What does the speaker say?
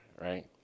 right